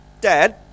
Dad